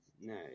No